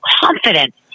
confidence